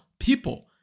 people